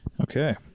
okay